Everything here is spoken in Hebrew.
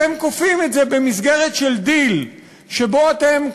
אתם כופים את זה במסגרת של דיל שבו אתם,